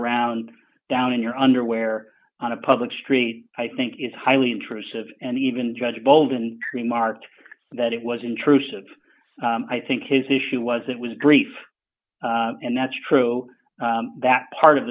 around down in your underwear on a public street i think is highly intrusive and even judge bolden remarked that it was intrusive i think his issue was it was brief and that's true that part of